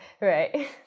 Right